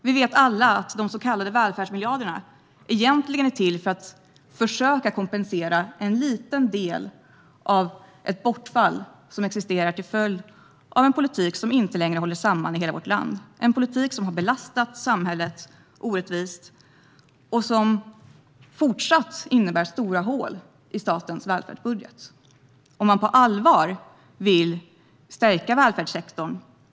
Vi vet att de så kallade välfärdsmiljarderna egentligen är till för att försöka kompensera en liten del av ett bortfall som existerar som en följd av en politik som inte längre håller samman hela vårt land. Det är en politik som har belastat samhället orättvist och som fortsatt innebär att det blir stora hål i statens välfärdsbudget. Det sägs att man vill stärka välfärdssektorn.